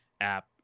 app